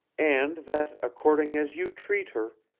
and that, according as you treat her,